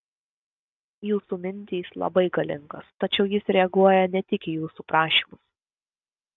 jūsų mintys labai galingos tačiau jis reaguoja ne tik į jūsų prašymus